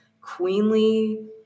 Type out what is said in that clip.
queenly